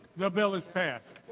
the bill is passed.